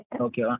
Okay